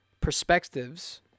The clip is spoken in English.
perspectives